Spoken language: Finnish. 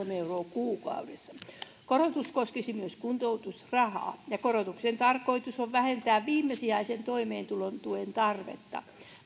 kahdellakymmenelläkolmella eurolla kuukaudessa korotus koskisi myös kuntoutusrahaa ja korotuksen tarkoitus on vähentää viimesijaisen toimeentulotuen tarvetta